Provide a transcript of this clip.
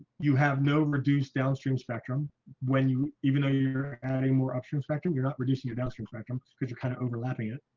you have no reduced downstream spectrum when you even know you anymore upstream spectrum, you're not reducing your downstream spectrum because you're kind of overlapping it